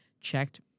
Checked